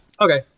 Okay